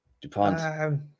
DuPont